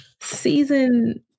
season